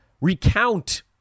recount